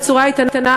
בצורה איתנה,